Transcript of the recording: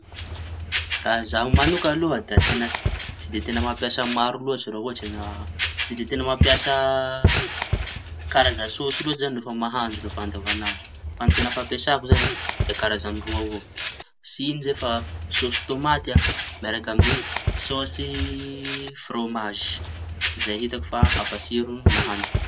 Raha zaho mañokaña aloha da teña tsy de tsy teña mampiasa maro loatsy no raotsa no raha tsy de teña mampiasa karaza sôsy loatsy zañy no fa mahandrono fa andavañandro. Fa teña fampiasako zañy roa avao tsy iño zay fa sôsy tomaty an miaraka amiñy sôsy fromazy zay hitako fa hampatsiro nahandroko.